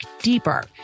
deeper